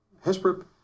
Hesper